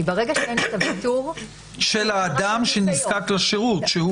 כי ברגע שאין ויתור של האדם שנזקק לשירות,